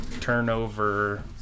turnover